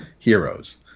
Heroes